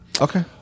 Okay